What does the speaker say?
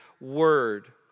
word